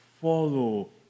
Follow